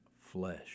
flesh